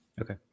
Okay